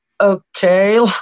okay